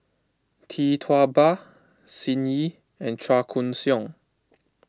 Tee Tua Ba Sun Yee and Chua Koon Siong